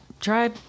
try